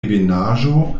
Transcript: ebenaĵo